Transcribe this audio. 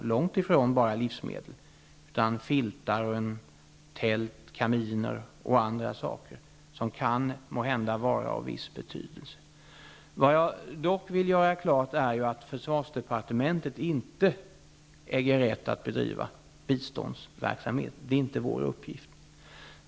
Det gäller långt ifrån bara livsmedel, utan det gäller även filtar, tält, kaminer och andra saker som måhända kan vara av viss betydelse. Jag vill dock göra klart att försvarsdepartementet inte äger rätt att bedriva biståndsverksamhet. Det är inte vår uppgift.